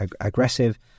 aggressive